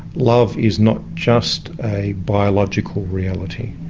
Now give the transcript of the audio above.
love is not just a biological reality.